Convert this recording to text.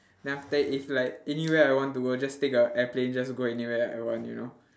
then after that if like anywhere I want to go just take a airplane just go anywhere I want you know